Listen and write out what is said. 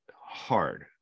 hard